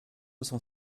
cent